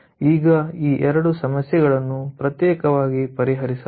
ಈಗ ಈ 2 ಸಮಸ್ಯೆಗಳನ್ನು ಪ್ರತ್ಯೇಕವಾಗಿ ಪರಿಹರಿಸಬಹುದು